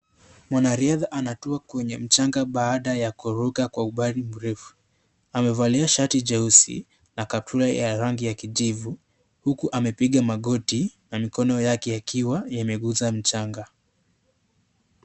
Mwanariadha anatua kwenye mchanga baada ya kuruka kwa umbali mrefu. Amevalia shati jeusi na kaptura ya rangi ya kijivu huku amepiga magoti na mikono yake ikiwa imeguza mchanga.